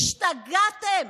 השתגעתם?